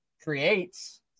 creates